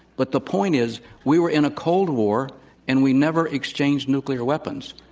but the point is we were in a cold war and we never exchanged nuclear weapons.